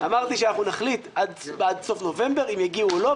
אמרתי שאנחנו נחליט עד סוף נובמבר אם יגיעו או לא,